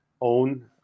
own